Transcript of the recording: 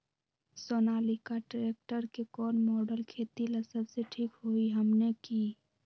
Sonalika tractor के कौन model खेती ला सबसे ठीक होई हमने की?